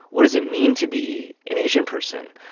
what does it mean to be an asian person?